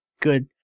good